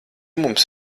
mums